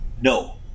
no